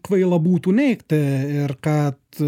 kvaila būtų neigti ir kad